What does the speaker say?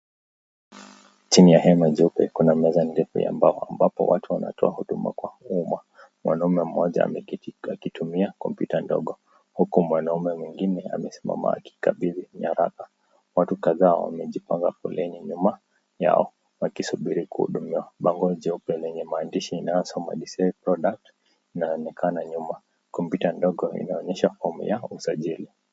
Chini ya hema jeupe, kuna meza ndefu ya mbao ambapo watu wanatoa huduma kwa umma. Mwanamume mmoja ameketi akitumia kompyuta ndogo, huku mwanamume mwingine amesimama akimkabidhi nyaraka. Watu kadhaa wamejipanga foleni nyuma yao, wakisubiri kuhudumiwa. Bango jeupe lenye maandishi linasoma DCI Product , linaonekana nyuma. Kompyuta ndogo inaonyesha fomu ya usajili.